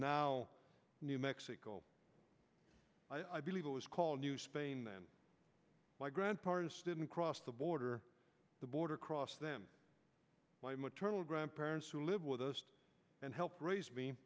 now new mexico i believe it was called new spain then my grandparents didn't cross the border the border crossed them my maternal grandparents who live with us and helped raise me